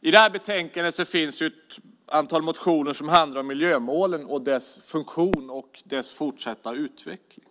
I det här betänkandet finns ett antal motioner som handlar om miljömålen och dess funktion och fortsatta utveckling.